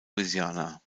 louisiana